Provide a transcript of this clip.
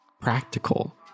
practical